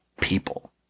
people